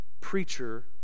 preacher